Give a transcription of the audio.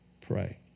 pray